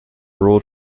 ruled